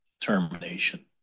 termination